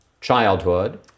childhood